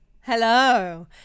Hello